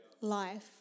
life